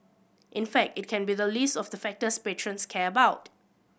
in fact it can be the least of the factors patrons care about